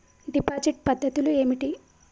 Deposit పద్ధతులు ఏమిటి?